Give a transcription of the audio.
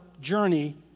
journey